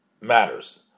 matters